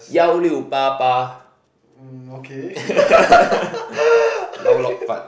幺六八八